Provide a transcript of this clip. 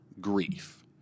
grief